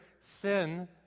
sin